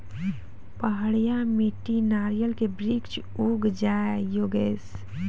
पहाड़िया मिट्टी नारियल के वृक्ष उड़ जाय योगेश?